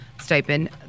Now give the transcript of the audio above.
stipend